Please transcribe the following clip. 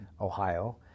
Ohio